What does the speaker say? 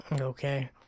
Okay